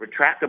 retractable